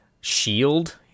shield